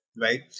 right